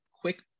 quick